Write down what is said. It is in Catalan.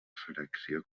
fracció